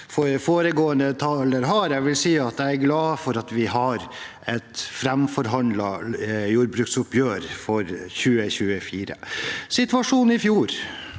jeg er glad for at vi har et framforhandlet jordbruksoppgjør for 2024. Situasjonen i fjor